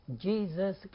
Jesus